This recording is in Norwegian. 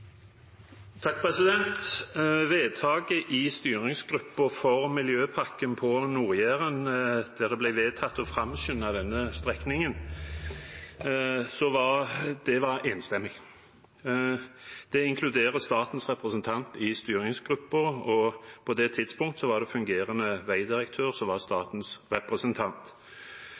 miljøpakken på Nord-Jæren, der det ble vedtatt å framskynde denne strekningen, var enstemmig. Det inkluderer statens representant i styringsgruppen, og på det tidspunktet var det fungerende vegdirektør som var statens representant.